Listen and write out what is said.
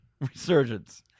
Resurgence